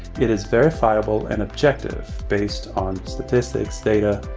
it is verifiable and objective based on statistics, data,